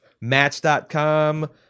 match.com